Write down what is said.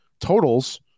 totals –